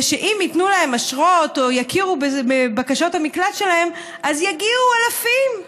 ושאם ייתנו להם אשרות או יכירו בבקשות המקלט שלהם אז יגיעו אלפים.